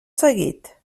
seguit